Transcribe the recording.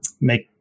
make